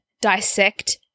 dissect